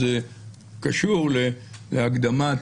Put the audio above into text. נו אז בואו נתקן את זה ונקבע שכמו שלא מוציאים מיטה ללא קשר לשווי שלה,